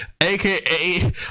aka